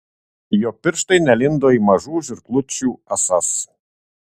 jo pirštai nelindo į mažų žirklučių ąsas